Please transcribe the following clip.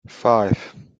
five